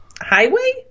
highway